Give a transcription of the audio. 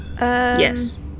yes